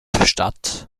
statt